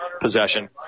possession